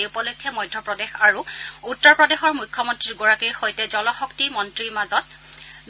এই উপলক্ষে মধ্যপ্ৰদেশ আৰু উত্তৰ প্ৰদেশৰ মুখ্যমন্ত্ৰী দূগৰাকীৰ সৈতে জলশক্তি মন্ত্ৰীৰ মাজত